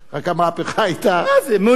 רק המהפכה היתה, מה זה?